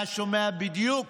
היה שומע בדיוק